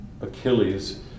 Achilles